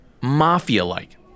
mafia-like